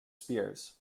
spears